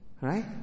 Right